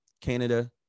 Canada